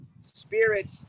spirit